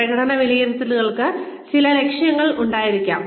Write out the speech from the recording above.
പ്രകടന വിലയിരുത്തലുകൾക്ക് ചില ലക്ഷ്യങ്ങൾ ഉണ്ടായിരിക്കണം